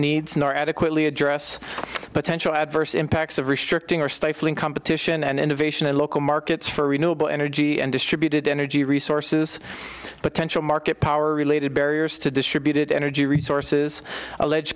needs nor adequately address potential adverse impacts of restricting or stifling competition and innovation in local markets for renewable energy and distributed energy resources potential market power related barriers to distributed energy resources alleged